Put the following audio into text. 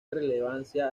relevancia